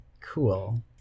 Cool